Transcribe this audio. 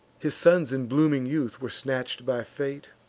his sons in blooming youth were snatch'd by fate